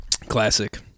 Classic